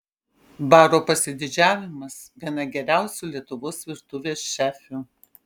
baro pasididžiavimas viena geriausių lietuvos virtuvės šefių